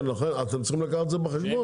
אתם צריכים לקחת את זה בחשבון